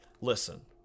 Listen